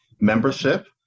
membership